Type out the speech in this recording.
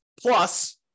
Plus